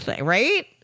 Right